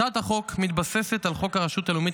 הצעת החוק מתבססת על חוק הרשות הלאומית